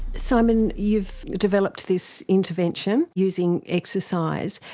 simon, you've developed this intervention using exercise.